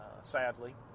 sadly